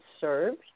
served